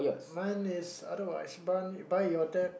mine is otherwise buy your debt